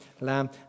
lamb